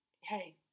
Hey